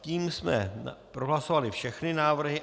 Tím jsme prohlasovali všechny návrhy.